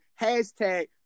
Hashtag